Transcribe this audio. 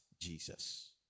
Jesus